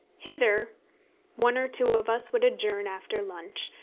hither one or two of us would adjourn after lunch,